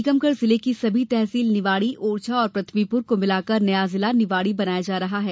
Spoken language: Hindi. टीकमगढ़ जिले की सभी तहसील निवाड़ी ओरछा और पृथ्वीपुर को मिलाकर नया जिला निवाड़ी बनाया जा रहा है